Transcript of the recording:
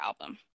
album